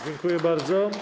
Dziękuję bardzo.